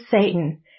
Satan